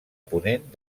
ponent